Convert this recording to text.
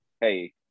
Hey